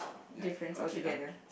difference altogether